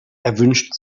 erwünscht